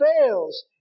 fails